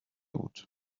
بود